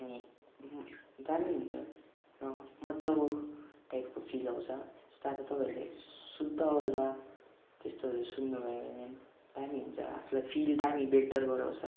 अनि दामी हुन्छ र मजाको टाइपको फिल आउँछ जस्तै अब तपाईँहरले सुत्दा ओर्दा त्यस्तोहरू सुन्नुभयो भने पनि दामी हुन्छ आफुलाई फिल दामी बेटर गराउँछ